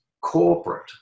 corporate